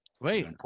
Wait